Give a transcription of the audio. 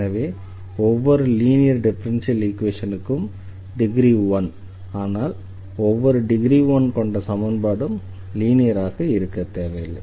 எனவே ஒவ்வொரு linear differential ஈக்வேஷனுக்கும் டிகிரி 1 ஆனால் ஒவ்வொரு டிகிரி 1 கொண்ட சமன்பாடும் லீனியர் ஆக இருக்க தேவையில்லை